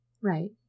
right